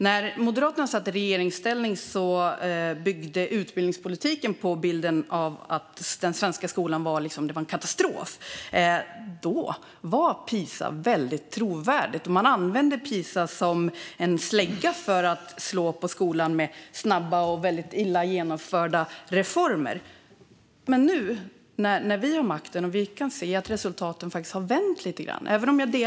När Moderaterna satt i regeringsställning byggde utbildningspolitiken på bilden att den svenska skolan var en katastrof. Då var PISA väldigt trovärdigt. Man använde PISA som en slägga mot skolan. Man slog också på skolan med snabba och väldigt illa genomförda reformer. Nu när vi har makten kan vi se att resultaten har vänt lite grann.